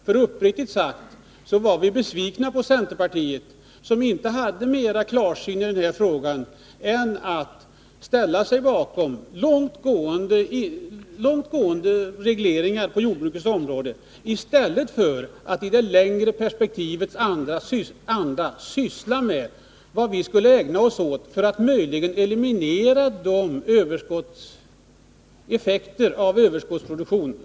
Men uppriktigt talat var vi besvikna på centerpartiet, som inte var mer klarsynt än att man ställde sig bakom långtgående regleringar på jordbrukets område i stället för att i det längre perspektivets anda ägna sig åt att tillsammans med oss försöka eliminera effekterna av överskottsproduktionen.